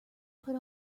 put